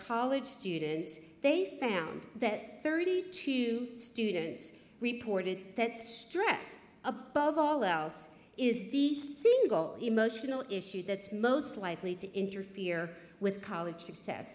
college students they found that thirty two students reported that stress above all else is the single emotional issue that's most likely to interfere with college success